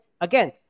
Again